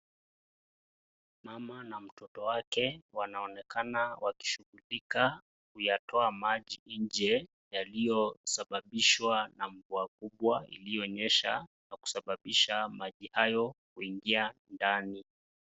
Mama na mtoto wake wanaonekana wakishughulika kuyatoa maji nje yaliyosabanishwa kwa mvua iliyonyesha kwa kusababisha maji hayo kuingia ndani.